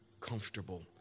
comfortable